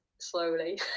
slowly